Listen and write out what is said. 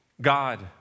God